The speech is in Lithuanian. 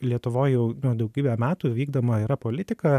lietuvoj jau daugybę metų vykdoma yra politika